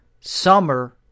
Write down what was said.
summer